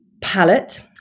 palette